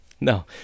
No